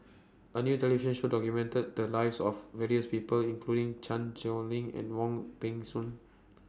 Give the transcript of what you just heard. A New television Show documented The Lives of various People including Chan Sow Lin and Wong Peng Soon